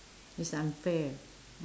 it's unfair